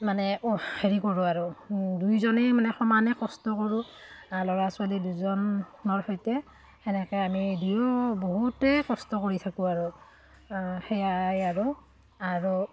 মানে হেৰি কৰোঁ আৰু দুয়োজনেই মানে সমানেই কষ্ট কৰোঁ ল'ৰা ছোৱালী দুজনৰ সৈতে সেনেকৈ আমি দুয়ো বহুতেই কষ্ট কৰি থাকোঁ আৰু সেয়াই আৰু আৰু